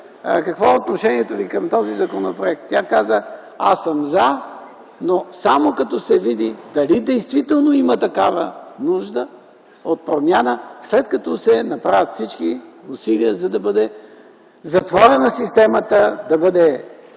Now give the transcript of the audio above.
„Какво е отношението Ви към този законопроект?” Тя каза: „Аз съм „за”, но само като се види дали действително има такава нужда от промяна, след като се направят всички усилия, за да бъде затворена системата, да бъде